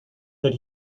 that